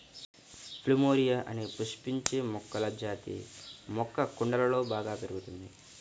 plumeria అనే పుష్పించే మొక్కల జాతి మొక్క కుండలలో బాగా పెరుగుతుంది